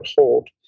hold